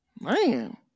Man